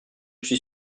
suis